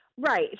Right